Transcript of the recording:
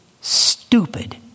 stupid